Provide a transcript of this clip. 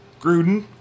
Gruden